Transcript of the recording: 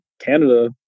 canada